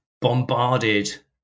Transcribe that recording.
bombarded